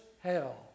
hell